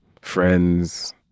friends